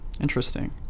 Interesting